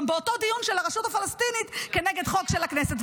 גם באותו דיון של הרשות הפלסטינית כנגד חוק של הכנסת.